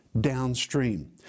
downstream